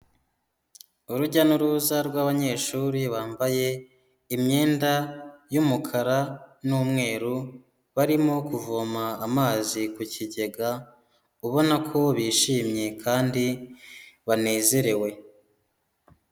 Urujya n'uruza rw'abanyeshuri bambaye imyenda y'umukara n'umweru, barimo kuvoma amazi ku kigega, ubona ko bishimye kandi banezerewe.